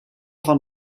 van